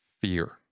fear